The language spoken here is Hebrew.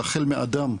החל מאדם,